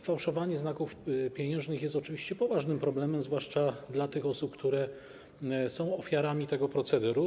Fałszowanie znaków pieniężnych jest oczywiście poważnym problemem, zwłaszcza dla osób, które są ofiarami tego procederu.